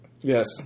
Yes